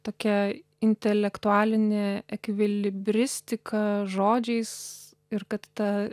tokia intelektualinė ekvilibristika žodžiais ir kad ta